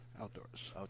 Outdoors